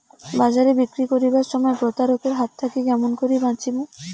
বাজারে বিক্রি করিবার সময় প্রতারক এর হাত থাকি কেমন করি বাঁচিমু?